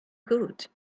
could